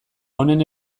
honen